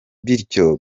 bityo